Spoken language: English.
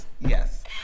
yes